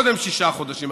קודם שישה חודשים,